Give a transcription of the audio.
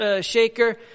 shaker